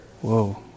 Whoa